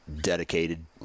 dedicated